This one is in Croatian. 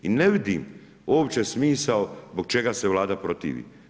I ne vidim uopće smisao zbog čega se Vlada protivi?